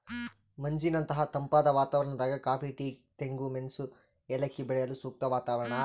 ಮಂಜಿನಂತಹ ತಂಪಾದ ವಾತಾವರಣದಾಗ ಕಾಫಿ ಟೀ ತೆಂಗು ಮೆಣಸು ಏಲಕ್ಕಿ ಬೆಳೆಯಲು ಸೂಕ್ತ ವಾತಾವರಣ